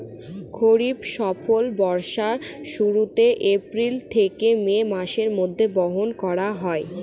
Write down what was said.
খরিফ ফসল বর্ষার শুরুতে, এপ্রিল থেকে মে মাসের মধ্যে, বপন করা হয়